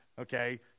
Okay